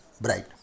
bright